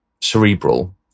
cerebral